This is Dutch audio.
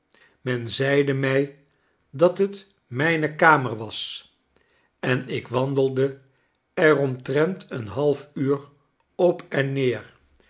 men zeide mij dat het mijne kamer was enik wandelde er omtrent een half uur op en neer